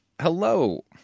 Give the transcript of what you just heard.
Hello